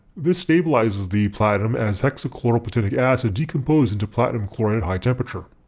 this stabilizes the platinum as hexachloroplatinic acid decomposes into platinum chloride at high temperature.